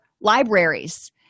libraries